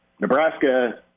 Nebraska